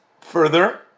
further